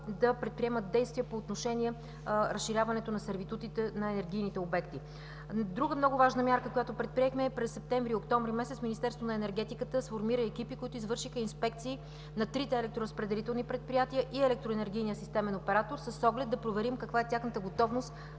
да предприемат действия по отношение разширяването на сервитутите на енергийните обекти. Друга много важна мярка, която предприехме, е, че през месец септември и месец октомври Министерството на енергетиката сформира екипи, които извършиха инспекции на трите електроразпределителни предприятия и Електроенергийния системен оператор, с оглед да проверим каква е тяхната готовност